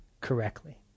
correctly